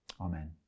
Amen